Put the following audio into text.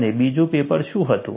અને બીજું પેપર શું હતું